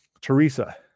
Teresa